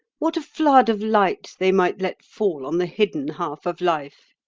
what a flood of light they might let fall on the hidden half of life!